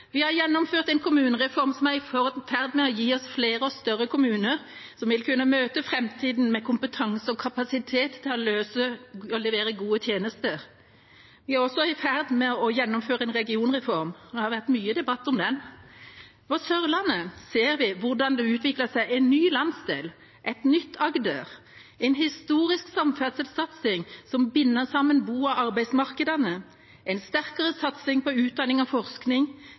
Vi har gjennomført en kommunereform som er i ferd med å gi oss flere og større kommuner, som vil kunne møte framtiden med kompetanse og kapasitet til å levere gode tjenester. Vi er også i ferd med å gjennomføre en regionreform – det har vært mye debatt om den. På Sørlandet ser vi hvordan det utvikler seg en ny landsdel, et nytt Agder, en historisk samferdselssatsing som binder sammen bo- og arbeidsmarkedene, en sterkere satsing på utdanning og forskning,